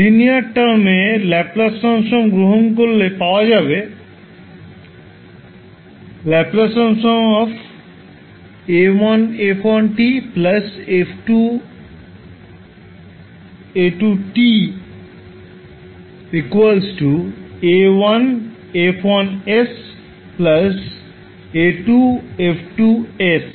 linear টার্মে Laplace transform গ্রহণ করলে পাওয়া যাবে ℒ 𝑎1𝑓1 𝑡 𝑎2𝑓2 𝑡 𝑎1𝐹1 𝑠 𝑎2𝐹2 𝑠